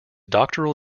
doctoral